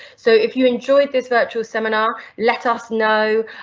so if you enjoyed this virtual seminar, let us know,